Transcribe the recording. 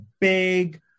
big